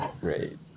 great